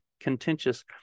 contentious